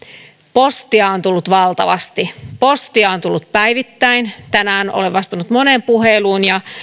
postia on tullut valtavasti postia on tullut päivittäin tänään olen vastannut moneen puheluun ja